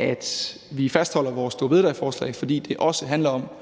at vi fastholder vores storebededagsforslag, fordi det også handler om